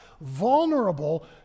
vulnerable